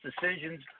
decisions